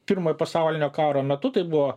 pirmojo pasaulinio karo metu tai buvo